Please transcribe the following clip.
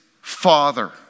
Father